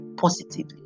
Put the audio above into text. Positively